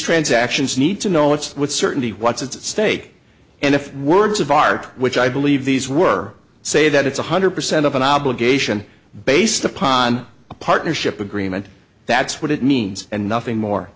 transactions need to know what's with certainty what's at stake and if works of art which i believe these were say that it's one hundred percent of an obligation based upon a partnership agreement that's what it means and nothing more